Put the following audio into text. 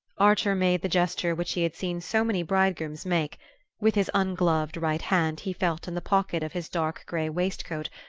archer made the gesture which he had seen so many bridegrooms make with his ungloved right hand he felt in the pocket of his dark grey waistcoat,